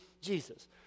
Jesus